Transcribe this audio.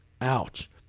Ouch